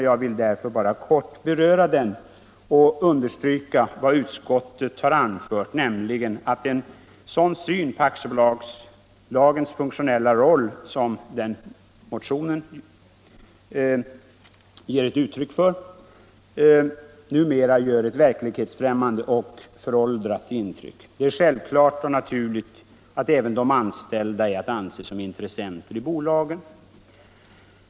Jag vill bara kort understryka vad utskottet har anfört, nämligen att en sådan syn på aktiebolagslagens funk tionella roll som den motionen ger uttryck för numera gör ett verklighetsfrämmande och föråldrat intryck. Det är självklart och naturligt att även de anställda är att anse såsom intressenter i bolagen.